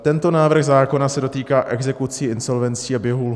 Tento návrh zákona se dotýká exekucí, insolvencí a běhu lhůt.